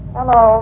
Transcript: Hello